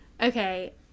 Okay